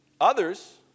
others